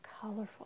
colorful